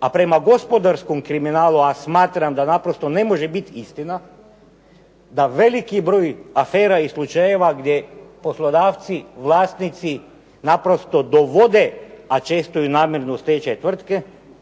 a prema gospodarskom kriminalu, a smatram da naprosto ne može biti istina da veliki broj afera i slučajeva gdje poslodavci vlasnici naprosto dovode, a često i namjerno u stečaj tvrtke,